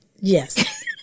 Yes